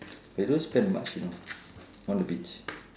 they don't spend much you know on the beach